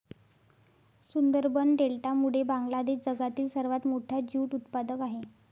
सुंदरबन डेल्टामुळे बांगलादेश जगातील सर्वात मोठा ज्यूट उत्पादक आहे